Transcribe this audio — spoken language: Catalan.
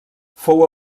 fou